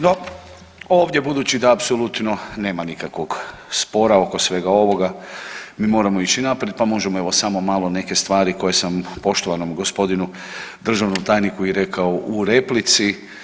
No ovdje budući da apsolutno nema nikakvog spora oko svega ovoga mi moramo ići naprijed, pa možemo evo samo malo neke stvari koje sam poštovanom gospodinu državnom tajniku i rekao u replici.